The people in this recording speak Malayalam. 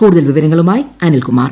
കൂടുതൽ വിവരങ്ങളുമായി അനിൽകുമാർ